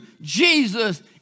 Jesus